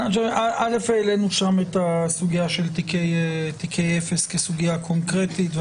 העלינו שם את הסוגייה של תיקי אפס כסוגיה קונקרטית.